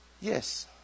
Yes